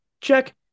Check